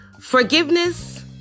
forgiveness